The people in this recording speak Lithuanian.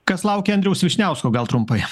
kas laukia andriaus vyšniausko gal trumpai